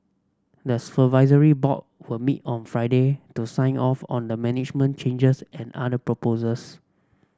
the supervisory board were meet on Friday to sign off on the management changes and other proposals